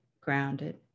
grounded